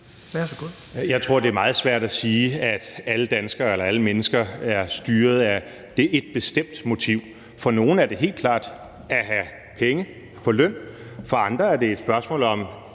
Jeg tror, det er meget svært at sige, at alle danskere eller alle mennesker er styret af et bestemt motiv. For nogle er det helt klart at have penge og få løn; for andre er det et spørgsmål om